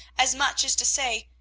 as much as to say,